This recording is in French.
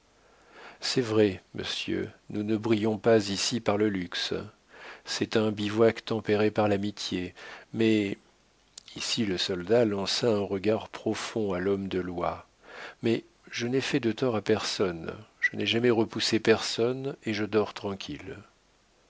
c'est vrai monsieur nous ne brillons pas ici par le luxe c'est un bivouac tempéré par l'amitié mais ici le soldat lança un regard profond à l'homme de loi mais je n'ai fait de tort à personne je n'ai jamais repoussé personne et je dors tranquille